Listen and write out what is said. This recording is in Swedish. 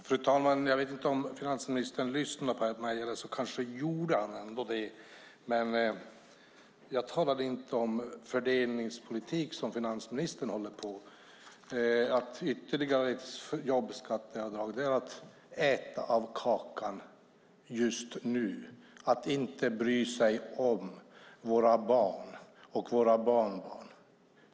Fru talman! Jag vet inte om finansministern lyssnade på mig. Kanske gjorde han ändå det. Men jag talade inte om den fördelningspolitik som finansministern håller på med. Ett ytterligare jobbskatteavdrag innebär att man äter av kakan just nu och inte bryr sig om våra barn och barnbarn.